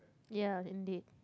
ya indeed